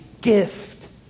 gift